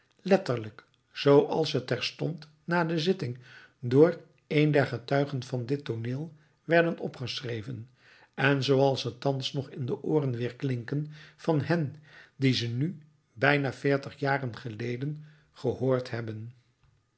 letterlijk zooals ze terstond na de zitting door een der getuigen van dit tooneel werden opgeschreven en zooals ze thans nog in de ooren weerklinken van hen die ze nu bijna veertig jaren geleden gehoord hebben